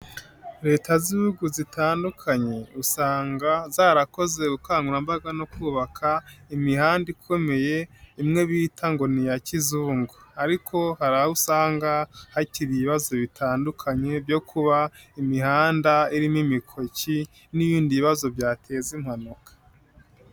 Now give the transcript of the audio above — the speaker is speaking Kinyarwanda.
Leta z'ibihugu zitandukanye, usanga zarakoze ubukangurambaga no kubaka imihanda ikomeye imwe bita ngo ni iya kizungu ariko hari aho usanga hakiri ibibazo bitandukanye byo kuba imihanda irimo imikoki n'ibindi bibazo byateza impanuka.